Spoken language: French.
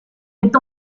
est